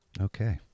Okay